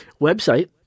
Website